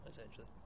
essentially